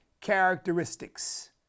characteristics